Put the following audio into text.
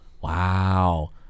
Wow